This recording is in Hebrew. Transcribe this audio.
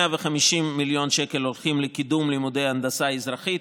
150 מיליון שקל הולכים לקידום לימודי הנדסה אזרחית,